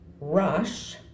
Rush